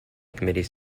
committees